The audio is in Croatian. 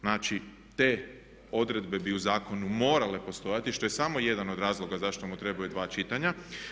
Znači, te odredbe bi u zakonu morale postojati što je samo jedan od razloga zašto mu trebaju dva čitanja.